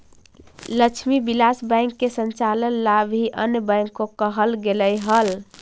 Lakshmi Vilas bank के संचालन ला भी अन्य बैंक को कहल गेलइ हल